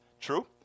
True